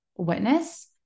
witness